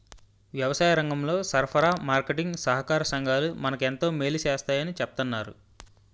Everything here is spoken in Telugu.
వ్యవసాయరంగంలో సరఫరా, మార్కెటీంగ్ సహాకార సంఘాలు మనకు ఎంతో మేలు సేస్తాయని చెప్తన్నారు